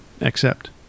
Accept